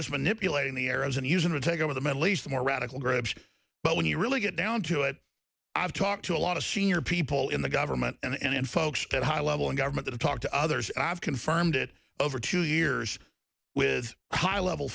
just manipulating the arabs and using to take over the middle east more radical groups but when you really get down to it i've talked to a lot of senior people in the government and folks at a high level of government to talk to others i've confirmed it over two years with high level